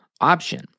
option